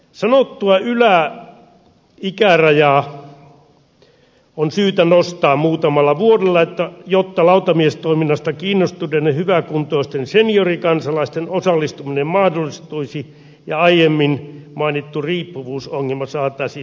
sanottua yläikärajaa on syytä nostaa muutamalla vuodella jotta lautamiestoiminnasta kiinnostuneiden hyväkuntoisten seniorikansalaisten osallistuminen mahdollistuisi ja aiemmin mainittu riippuvuusongelma saataisiin vähennetyksi